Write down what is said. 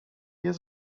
jest